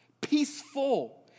peaceful